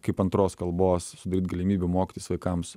kaip antros kalbos sudaryt galimybių mokytis vaikams